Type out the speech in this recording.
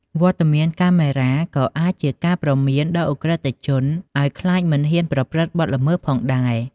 វត្តមានកាមេរ៉ាក៏អាចជាការព្រមានដល់ឧក្រិដ្ឋជន ឲ្យខ្លាចមិនហ៊ានប្រព្រឹត្តបទល្មើសផងដែរ។